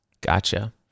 Gotcha